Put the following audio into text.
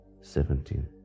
Seventeen